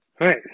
right